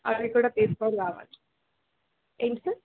అవి కూడా తీసుకొని రావాలి ఏంటి సార్